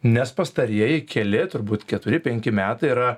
nes pastarieji keli turbūt keturi penki metai yra